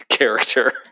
character